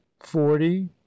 forty